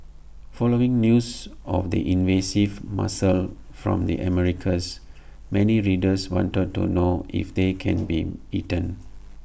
following news of the invasive mussel from the Americas many readers wanted to know if they can be eaten